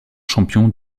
champion